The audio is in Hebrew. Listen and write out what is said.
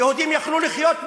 ויהודים יכלו לחיות בה,